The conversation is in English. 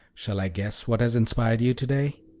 shall i guess what has inspired you to-day?